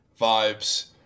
vibes